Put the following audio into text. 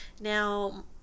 Now